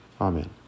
Amen